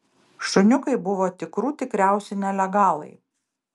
šuniukai buvo tikrų tikriausi nelegalai